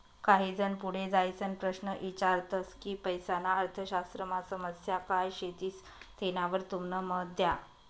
काही जन पुढे जाईसन प्रश्न ईचारतस की पैसाना अर्थशास्त्रमा समस्या काय शेतीस तेनावर तुमनं मत द्या